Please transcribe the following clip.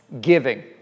giving